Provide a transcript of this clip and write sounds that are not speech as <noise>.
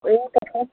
<unintelligible>